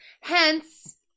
hence